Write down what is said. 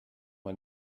man